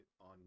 on